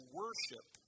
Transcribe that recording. worship